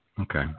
Okay